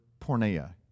porneia